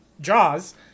Jaws